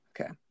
Okay